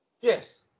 Yes